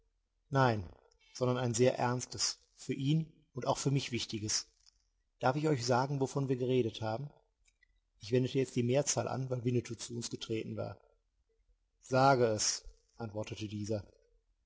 nein sondern ein sehr ernstes für ihn und auch für mich wichtiges darf ich euch sagen wovon wir geredet haben ich wendete jetzt die mehrzahl an weil winnetou zu uns getreten war sage es antwortete dieser